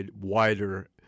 wider